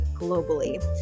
globally